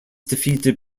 defeated